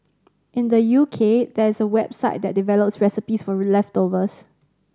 in the U K there's a website that develops recipes for leftovers